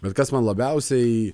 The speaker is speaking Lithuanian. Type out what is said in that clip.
bet kas man labiausiai